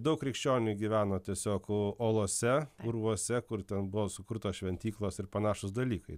daug krikščionių gyveno tiesiog olose urvuose kur ten buvo sukurtos šventyklos ir panašūs dalykai